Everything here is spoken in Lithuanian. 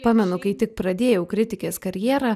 pamenu kai tik pradėjau kritikės karjerą